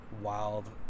wild